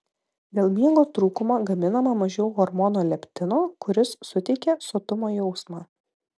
dėl miego trūkumo gaminama mažiau hormono leptino kuris suteikia sotumo jausmą